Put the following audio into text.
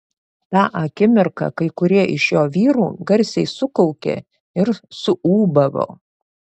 tą akimirką kai kurie iš jo vyrų garsiai sukaukė ir suūbavo